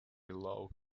law